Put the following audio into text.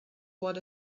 what